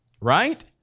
Right